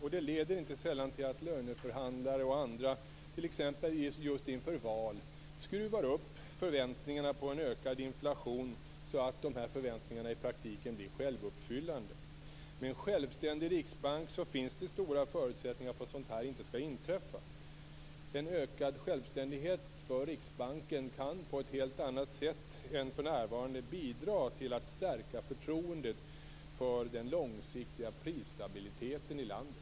Det leder inte sällan till att löneförhandlare och andra, t.ex. just inför ett val, skruvar upp förväntningarna på en ökad inflation, så att förväntningarna i praktiken blir självuppfyllande. Med en självständig riksbank finns det stora förutsättningar för att sådant här inte skall inträffa. En ökad självständighet för Riksbanken kan på ett helt annat sätt än för närvarande bidra till att stärka förtroendet för den långsiktiga prisstabiliteten i landet.